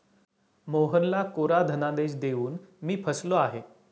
मोहनला कोरा धनादेश देऊन मी फसलो आहे